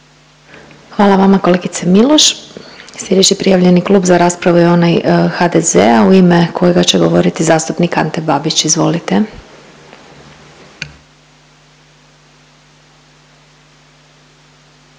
Hvala vama kolegice Miloš. Slijedeći prijavljeni klub za raspravu je onaj HDZ-a u ime kojega će govoriti zastupnik Ante Babić. Izvolite.